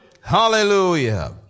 Hallelujah